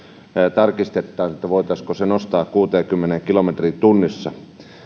tarkistettaisiin että voitaisiinko se nostaa kuuteenkymmeneen kilometriin tunnissa